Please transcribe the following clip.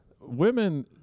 women